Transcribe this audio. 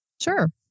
Sure